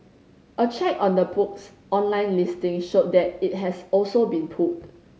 a check on the book's online listing showed that it has also been pulled